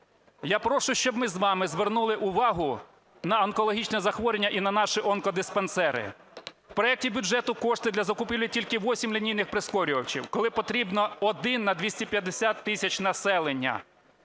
Я прошу, щоб ми з вами звернули увагу на онкологічні захворювання і на наші онкодиспансери. В проекті бюджету кошти для закупівлі тільки восьми лінійних прискорювачів, коли потрібно один на 250 тисяч населення.